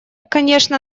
конечно